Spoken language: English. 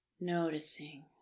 noticing